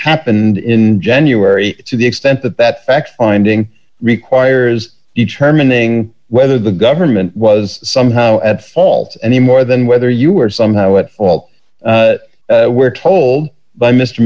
happened in january to the extent that that fact finding requires determining whether the government was somehow at fault any more than whether you are somehow at fault were told by mr